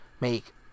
make